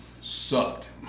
Sucked